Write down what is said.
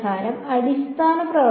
വിദ്യാർത്ഥി അടിസ്ഥാന പ്രവർത്തനം